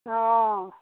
অ